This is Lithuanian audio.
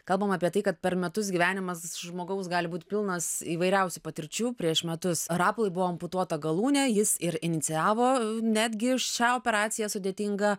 kalbam apie tai kad per metus gyvenimas žmogaus gali būt pilnas įvairiausių patirčių prieš metus rapolui buvo amputuota galūnė jis ir inicijavo netgi šią operaciją sudėtingą